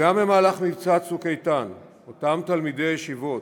גם במהלך מבצע "צוק איתן" אותם תלמידי ישיבות